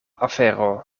afero